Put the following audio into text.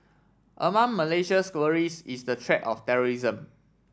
among Malaysia's worries is the threat of terrorism